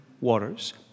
waters